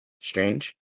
Strange